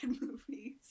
movies